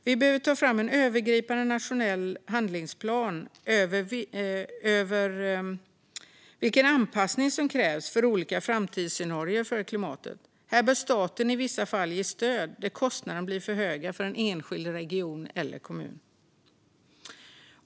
Vi behöver ta fram en övergripande nationell handlingsplan för den anpassning som krävs för olika framtidsscenarier för klimatet. Här bör staten i vissa fall ge stöd när kostnaderna blir för höga för en enskild region eller kommun.